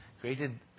created